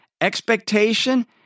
expectation